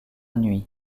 nuit